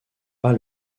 pas